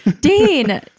Dean